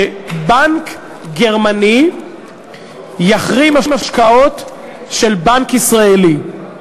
שבנק גרמני יחרים השקעות של בנק ישראלי.